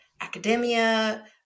academia